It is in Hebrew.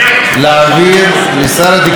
להעביר לשר התקשורת,